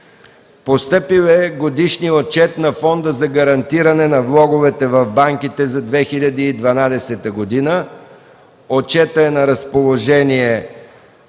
Постъпил е Годишният отчет на Фонда за гарантиране на влоговете в банките за 2012 г. Отчетът е на разположение